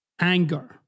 anger